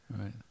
Right